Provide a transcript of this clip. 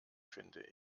finde